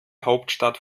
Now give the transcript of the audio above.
hauptstadt